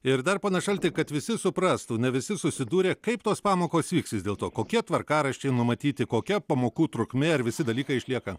ir dar pone šalti kad visi suprastų visi susidūrė kaip tos pamokos vyks vis dėlto kokie tvarkaraščiai numatyti kokia pamokų trukmė ar visi dalykai išlieka